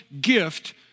gift